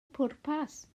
pwrpas